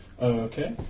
Okay